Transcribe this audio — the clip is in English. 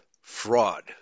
fraud